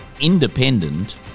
Independent